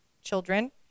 children